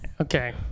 Okay